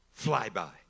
flyby